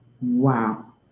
Wow